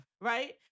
Right